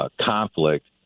conflict